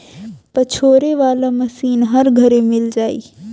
पछोरे वाला मशीन हर घरे मिल जाई